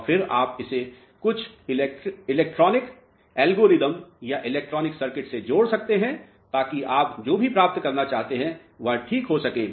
और फिर आप इसे कुछ इलेक्ट्रॉनिक एल्गोरिदम या इलेक्ट्रॉनिक सर्किट से जोड़ सकते हैं ताकि आप जो भी प्राप्त करना चाहते हैं वह ठीक हो सके